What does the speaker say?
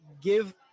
give